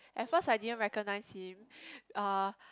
at first I didn't recognise him uh